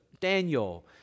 Daniel